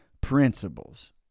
principles